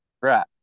Right